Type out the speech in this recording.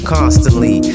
Constantly